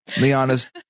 Liana's